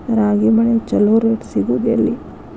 ರಾಗಿ ಬೆಳೆಗೆ ಛಲೋ ರೇಟ್ ಸಿಗುದ ಎಲ್ಲಿ?